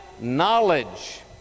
knowledge